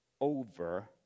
over